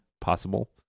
Possible